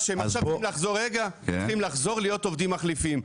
שצריכים לחזור להיות עובדים מחליפים.